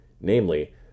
namely